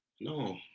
No